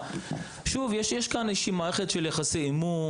יש כאן מערכת של יחסי אמון,